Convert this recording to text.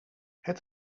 het